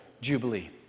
Jubilee